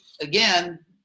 again